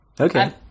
Okay